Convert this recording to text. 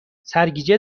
سرگیجه